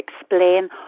explain